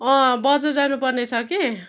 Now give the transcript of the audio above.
अँ बजार जानु पर्ने छ कि